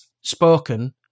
spoken